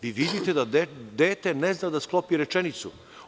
Vi vidite da dete ne zna da sklopi rečenicu.